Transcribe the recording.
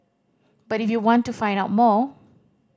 but if you want to find out more